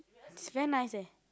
it's very nice eh